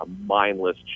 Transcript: mindless